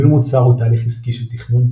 ניהול מוצר הוא תהליך עסקי של תכנון,